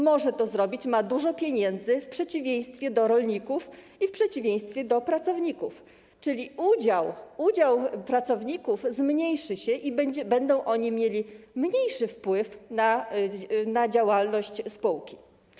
Może to zrobić, ma dużo pieniędzy w przeciwieństwie do rolników i w przeciwieństwie do pracowników, czyli udział pracowników zmniejszy się i będą oni mieli mniejszy wpływ na działalność spółki.